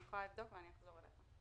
אני יכולה לבדוק ואחזור אליכם עם תשובה.